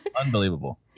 unbelievable